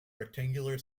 rectangular